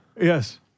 Yes